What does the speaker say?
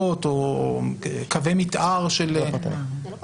או קווי מתאר של --- זה לא פרטני.